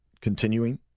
continuing